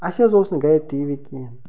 اسہِ حظ اوس نہٕ گرِ ٹی وی کِہیٖنۍ